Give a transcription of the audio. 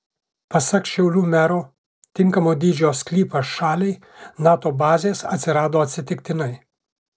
pasak šiaulių mero tinkamo dydžio sklypas šaliai nato bazės atsirado atsitiktinai